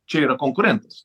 čia yra konkurentas